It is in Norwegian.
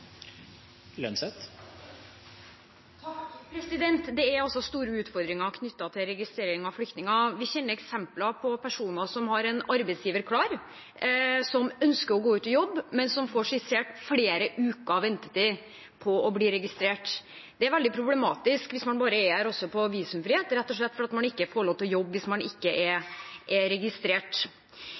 flyktninger. Vi kjenner eksempler på personer som har en arbeidsgiver klar, som ønsker å gå ut i jobb, men som får skissert flere ukers ventetid på å bli registrert. Det er veldig problematisk, også hvis man bare er her på visumfrihet, rett og slett fordi man ikke får lov til å jobbe hvis man ikke er registrert.